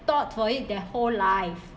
thought for it their whole life